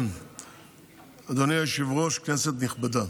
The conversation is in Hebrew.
אדוני היושב-ראש, כנסת נכבדה,